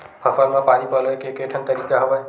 फसल म पानी पलोय के केठन तरीका हवय?